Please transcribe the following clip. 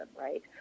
right